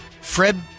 Fred